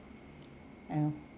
and